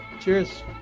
Cheers